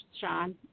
Sean